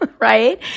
right